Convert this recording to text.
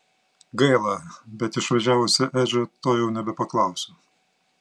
gaila bet išvažiavusio edžio to jau nebepaklausiu